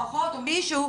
או אחות או מישהו,